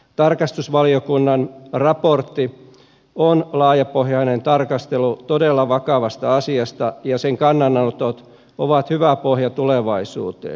tarkastusvaliokunnan raportti on laajapohjainen tarkastelu todella vakavasta asiasta ja sen kannanotot ovat hyvä pohja tulevaisuuteen